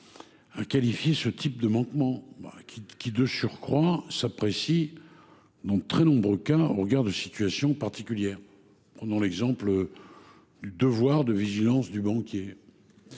à qualifier ce type de manquements, qui de surcroît s’apprécient dans de très nombreux cas au regard de situations particulières – j’en prends pour exemple le devoir de vigilance du banquier.